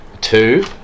Two